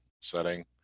setting